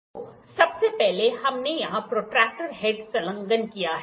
तो सबसे पहले हमने यहां प्रोट्रैक्टर हेड संलग्न किया है